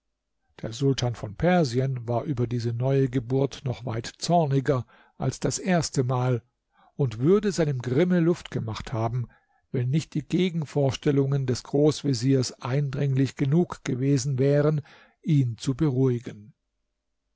der sultan von persien war über diese neue geburt noch weit zorniger als das erstemal und würde seinem grimme luft gemacht haben wenn nicht die gegenvorstellungen des großveziers eindringlich genug gewesen wären ihn zu beruhigen